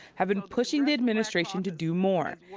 have been pushing the administration to do more.